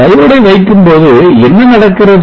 Diode ஐ வைக்கும்போது என்ன நடக்கிறது